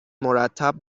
مرتب